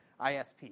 ISP